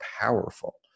powerful